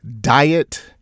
diet